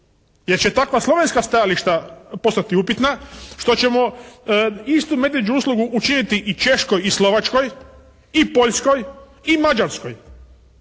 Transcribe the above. jer će takva slovenska stajališta postati upitna, što ćemo istu medvjeđu uslugu učiniti i Češkoj i Slovačkoj i Poljskoj i Mađarskoj.